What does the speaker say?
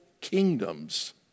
kingdoms